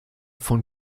von